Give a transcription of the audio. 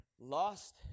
Lost